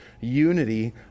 unity